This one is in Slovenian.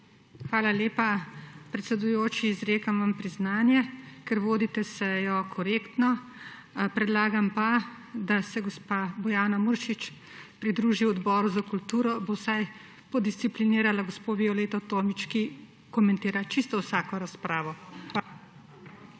Hvala lepa, predsedujoči. Izrekam vam priznanje, ker vodite sejo korektno. Predlagam pa, da se gospa Bojana Muršič pridruži Odboru za kulturo, bo vsaj podisciplinirala gospo Violeto Tomić, ki komentira čisto vsako razpravo. Hvala.